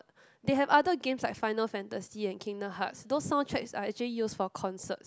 they have other games like Final Fantasy and Kingdom Hearts those soundtracks are actually used for concerts